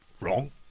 wrong